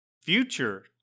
future